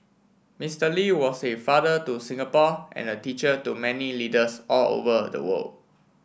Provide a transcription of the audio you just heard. Mister Lee was a father to Singapore and a teacher to many leaders all over the world